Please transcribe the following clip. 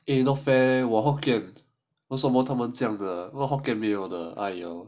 eh not fair 我 hokkien 为什么他们这样 why hokkien 没有的